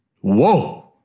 Whoa